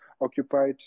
occupied